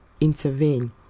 intervene